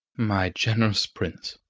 my generous prince!